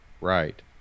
Right